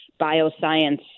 bioscience